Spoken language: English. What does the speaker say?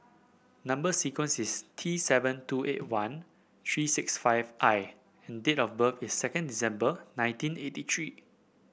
number sequence is T seven two eight one three six five I and date of birth is second December nineteen eighty three